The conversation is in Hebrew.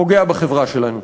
פוגע בחברה שלנו.